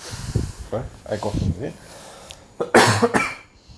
why I coughing with